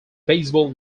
baseball